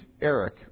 Eric